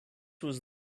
was